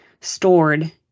stored